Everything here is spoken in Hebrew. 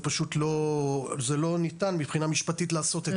זה פשוט לא ניתן מבחינה משפטית לעשות את זה.